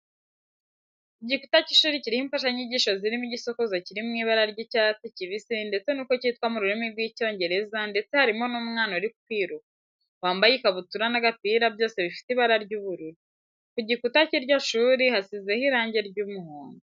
Igkuta cy'ishuri kiriho imfashanyigisho zirimo: igisokozo kiri mu ibara ry'icyatsi kibisi ndetse n'uko cyitwa mu rurimi rw'Icyongereza ndetse harimo n'umwana uri kwiruka, wambaye ikabutura n'agapira byose bifite ibara ry'ubururu. Ku gikuta cy'iryo shuri hasizeho irange ry'umuhondo.